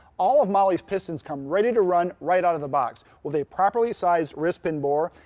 all of mahle's pistons come ready to run right out of the box with a properly sized wrist pin bore,